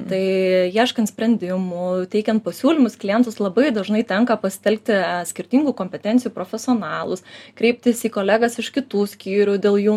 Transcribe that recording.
tai ieškant sprendimų teikiant pasiūlymus klientus labai dažnai tenka pasitelkti skirtingų kompetencijų profesionalus kreiptis į kolegas iš kitų skyrių dėl jų